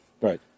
Right